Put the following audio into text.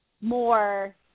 more